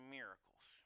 miracles